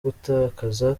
gutakaza